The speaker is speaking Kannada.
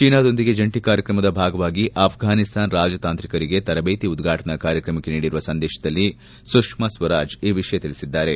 ಚೀನಾದೊಂದಿಗೆ ಜಂಟಿ ಕಾರ್ಯಕ್ರಮದ ಭಾಗವಾಗಿ ಆಫ್ಘಾನಿಸ್ತಾನ್ ರಾಜತಾಂತ್ರಕರಿಗೆ ತರಬೇತಿ ಉದ್ಘಾಟನಾ ಕಾರ್ಯಕ್ರಮಕ್ಕೆ ನೀಡಿರುವ ಸಂದೇಶದಲ್ಲಿ ಸುಷ್ಮಾ ಸ್ವರಾಜ್ ಈ ವಿಷಯ ತಿಳಿಸಿದ್ದಾರೆ